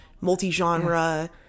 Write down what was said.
Multi-genre